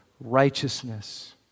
righteousness